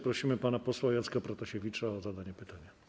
Proszę pana posła Jacka Protasiewicza o zadanie pytania.